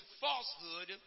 falsehood